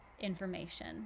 information